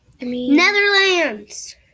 Netherlands